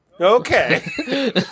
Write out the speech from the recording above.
Okay